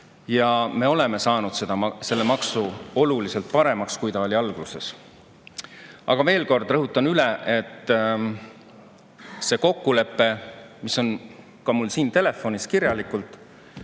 Me oleme saanud selle maksu oluliselt paremaks, kui ta oli alguses. Aga ma veel kord rõhutan, et kokkulepe, mis on mul ka siin telefonis kirjalikult,